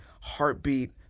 heartbeat